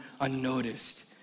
unnoticed